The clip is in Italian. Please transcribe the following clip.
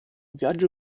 viaggio